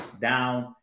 down